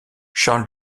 charles